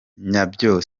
nyabyo